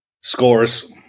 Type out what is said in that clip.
Scores